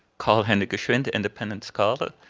carl-henry geswind, independent scholar.